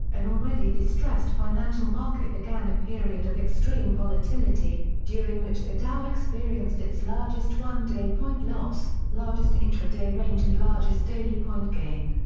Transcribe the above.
an already distressed financial market began a period of extreme volatility, during which the dow experienced its largest one day point loss, largest intra-day range and largest daily point gain.